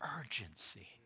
urgency